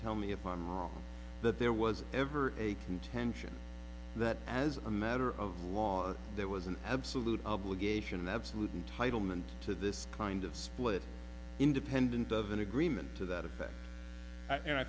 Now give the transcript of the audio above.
tell me if i'm wrong that there was ever a contention that as a matter of law there was an absolute obligation absolute and title meant to this kind of split independent of an agreement to that effect and i